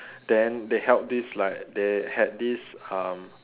then they held this like they had this um